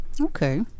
Okay